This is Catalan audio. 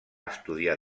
estudiar